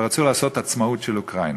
ורצו לעשות עצמאות של אוקראינה.